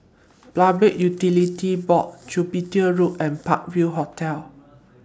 Public Utilities Board Jupiter Road and Park View Hotel